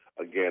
again